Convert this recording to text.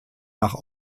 nach